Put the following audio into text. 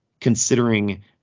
considering